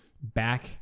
back